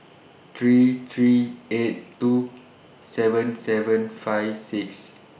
three three eight two seven seven five six